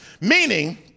meaning